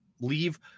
leave